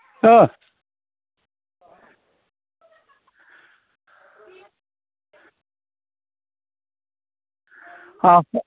औ हाब